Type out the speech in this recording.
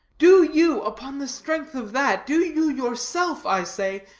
do you, upon the strength of that, do you yourself, i say,